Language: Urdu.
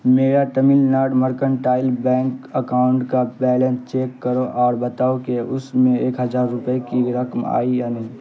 میرا Tamil Nadu mercantile bank account کا بیلنس چیک کرو اور بتاؤ کہ اس میں ایک ہزار روپے کی رقم آئی یا نہیں